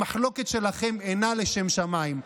המחלוקת שלכם אינה לשם שמיים.